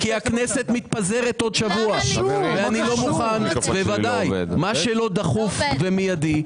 כי הכנסת מתפזרת בעוד שבוע ואני לא מוכן לדון במה שלא דחוף ומידי.